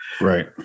Right